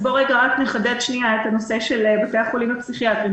נחדד את הנושא של בתי החולים הפסיכיאטריים.